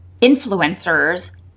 influencers